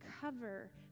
cover